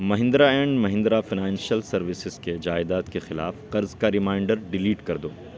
Mahindra and Mahindra financial services کے جائیداد کے خلاف قرض کا ریمائینڈر ڈیلیٹ کر دو